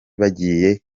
bagiye